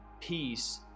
peace